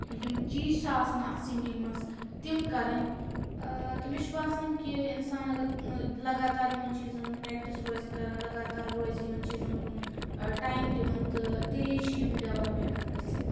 یِم چیٖز چھِ آسان اَتھ سِنٛگِنٛگ منٛز تِم کَرٕنۍ ٲں تہٕ مےٚ چھُ باسان کہِ اِنسان اگر ٲں لَگاتار یِمَن چیٖزَن پرٛیٚکٹِس روزِ کَران لگاتار روزِ یِمَن چیٖزَن کُن ٲں ٹایِم دِوان تہٕ تیٚلے چھِ یِم ڈیٚولَپ ہیٚکان گٔژھِتھ